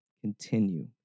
continue